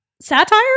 satire